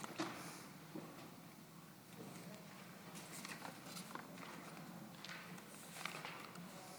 יש לך להשיב על שלוש